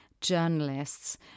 journalists